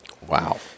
Wow